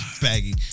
Baggy